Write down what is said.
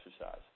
exercise